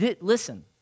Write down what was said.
Listen